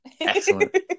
Excellent